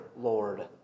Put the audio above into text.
Lord